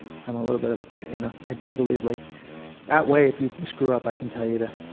i'm a little bit of a you know, i do believe like that way if you screw up i can tell you to